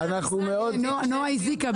שלחו את עוזר השרה שלא מחויב לענות על השאלות שנשאל.